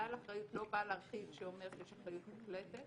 כלל אחריות לא בא להרחיב ולומר שיש אחריות מוחלטת,